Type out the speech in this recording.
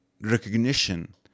recognition